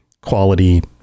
quality